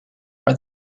are